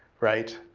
right.